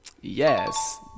Yes